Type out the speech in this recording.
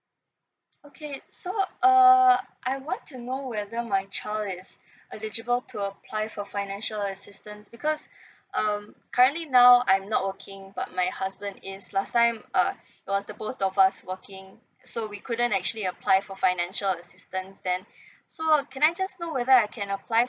okay so uh I want to know whether my child is eligible to apply for financial assistance because um currently now I'm not working but my husband is last time uh it was the both of us working so we couldn't actually apply for financial assistance then so can I just know whether I can apply